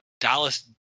Dallas